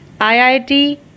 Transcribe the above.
IIT